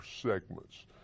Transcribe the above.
segments